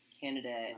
candidate